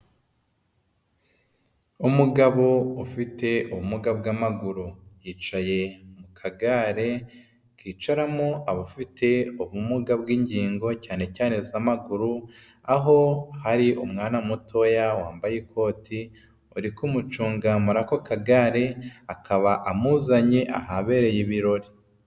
Umugabo ufite ubumuga bw'amaguru, yicaye mu kagare kicaramo abafite ubumuga bw'ingingo cyane cyane iz'amaguru, aho hari umwana mutoya wambaye ikoti uri kumucunga uri ako kagare, akaba amuzanye ahabereye ibirori.